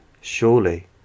surely